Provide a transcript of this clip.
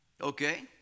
Okay